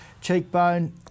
cheekbone